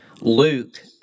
Luke